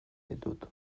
ditut